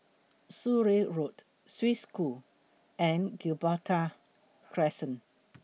Surrey Road Swiss School and Gibraltar Crescent